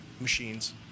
machines